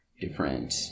different